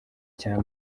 cya